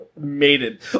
Mated